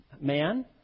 man